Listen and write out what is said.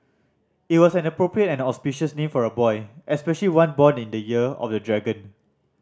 it was an appropriate and auspicious name for a boy especially one born in the year of the dragon